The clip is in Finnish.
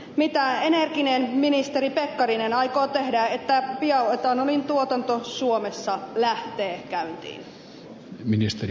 mitä energinen ministeri pekkarinen aikoo tehdä että bioetanolin tuotanto suomessa lähtee käyntiin